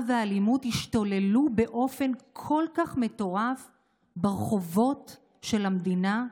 ואלימות ישתוללו באופן כל כך מטורף ברחובות של המדינה?